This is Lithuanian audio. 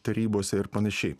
tarybose ir panašiai